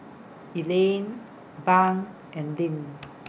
Elaine Bunk and Linn